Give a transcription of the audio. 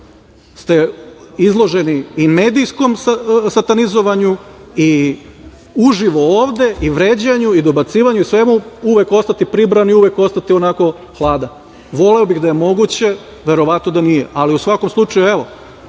ste izloženi i medijskom satanizovanju i uživo ovde i vređanju i dobacivanju i svemu, uvek ostati pribrani, uvek ostati onako hladni. Voleo bih da je moguće. Verovatno da nije, ali u svakom slučaju, evo,